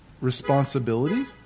responsibility